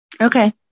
okay